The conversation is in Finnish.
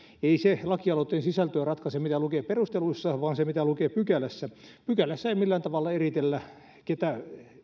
ei se lakialoitteen sisältöä ratkaise mitä lukee perusteluissa vaan se mitä lukee pykälässä pykälässä ei millään tavalla eritellä keitä